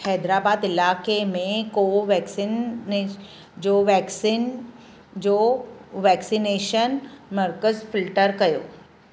हैदराबाद इलाइक़े में कोवैक्सीन नेश जो वैक्सीन जो वैक्सिनेशन मर्कज़ फिल्टर कयो